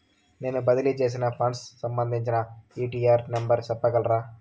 నేను బదిలీ సేసిన ఫండ్స్ సంబంధించిన యూ.టీ.ఆర్ నెంబర్ సెప్పగలరా